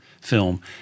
film